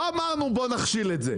לא אמרנו בוא נכשיל את זה.